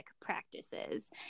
practices